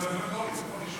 לסטודנטים משרתי מילואים.